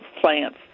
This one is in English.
plants